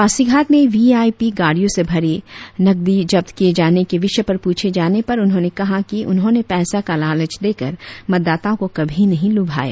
पासीघाट में वीआईपी गाड़ियों से भरी नकदी जब्त किए जाने के विषय पर पूछे जाने पर उन्होंने कहा कि उन्होंने पैसे का लालच देकर मतदाताओं को कभी नहीं लुभाया